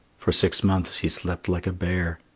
for six months he slept like a bear.